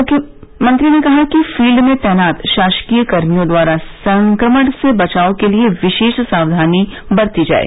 मुख्यमंत्री ने कहा कि फील्ड में तैनात शासकीय कर्मियों द्वारा संक्रमण से बचाव के लिये विशेष सावधानी बरती जाये